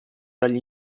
dagli